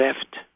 left